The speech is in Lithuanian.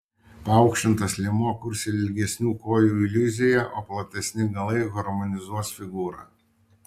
paaukštintas liemuo kurs ilgesnių kojų iliuziją o platesni galai harmonizuos figūrą